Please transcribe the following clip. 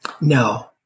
No